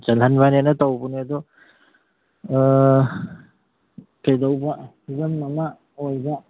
ꯆꯜꯍꯟꯕꯅꯦꯅ ꯇꯧꯕꯅꯤ ꯑꯗꯨ ꯀꯩꯗꯧꯕ ꯐꯤꯕꯝ ꯑꯃ ꯑꯣꯏꯕ